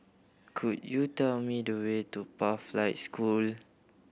could you tell me the way to Pathlight School